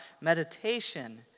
meditation